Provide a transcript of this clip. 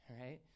right